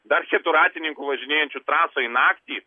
dar keturratininkų važinėjančių trasoj naktį